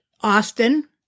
Austin